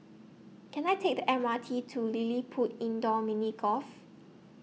Can I Take The M R T to LilliPutt Indoor Mini Golf